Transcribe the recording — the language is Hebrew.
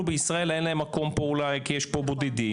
בישראל אין להם מקום פה אולי כי יש פה בודדים.